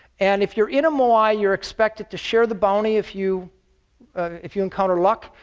and if you're in a moai you're expected to share the bounty if you if you encounter luck,